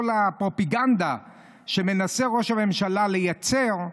כל הפרופגנדה שמנסה ראש הממשלה לייצר,